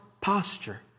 posture